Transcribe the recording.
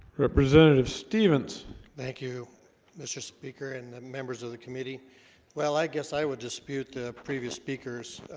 representative stevens thank you mr. speaker and members of the committee well, i guess i would dispute the previous speakers